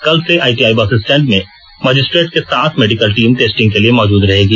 कल से ITI bus stand में मजिस्ट्रेट के साथ मेडिकल टीम टेस्टिंग के लिए मौजुद रहेगी